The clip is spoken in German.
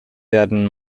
werden